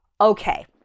Okay